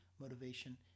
motivation